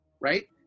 right